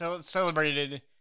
celebrated